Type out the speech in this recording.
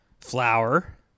flour